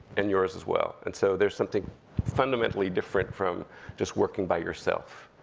and yours as well. and so there's something fundamentally different from just working by yourself.